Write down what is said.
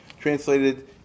translated